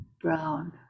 brown